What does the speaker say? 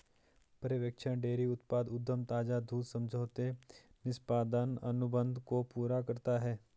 पर्यवेक्षण डेयरी उत्पाद उद्यम ताजा दूध समझौते निष्पादन अनुबंध को पूरा करता है